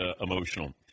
emotional